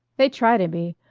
they try to be.